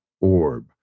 orb